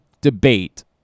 debate